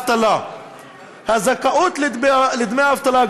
הזכאות לדמי אבטלה,